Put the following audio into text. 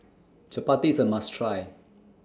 Chapati IS A must Try